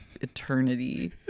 eternity